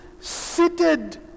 seated